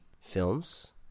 films